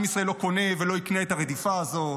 עם ישראל לא קונה ולא יקנה את הרדיפה הזאת.